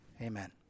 Amen